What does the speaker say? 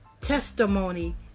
testimony